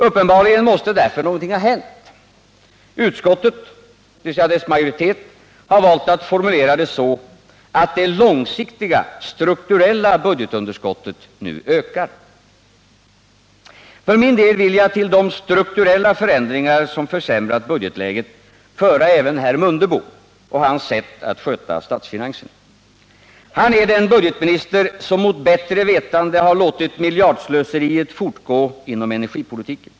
Uppenbarligen måste därför något ha hänt. Utskottets majoritet har valt att formulera det så, att det långsiktiga, strukturella budgetunderskottet nu ökar. För min del vill jag till de strukturella förändringar som försämrat budgetläget föra även herr Mundebo och hans sätt att sköta statsfinanserna. Han är den budgetminister som mot bättre vetande låtit miljardslöseriet fortgå inom energipolitiken.